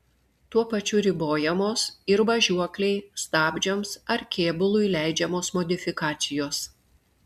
tuo pačiu ribojamos ir važiuoklei stabdžiams ar kėbului leidžiamos modifikacijos